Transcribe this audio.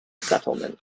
settlement